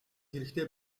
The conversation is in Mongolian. хэрэгтэй